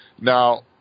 Now